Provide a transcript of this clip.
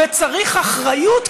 וצריך אחריות,